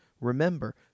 Remember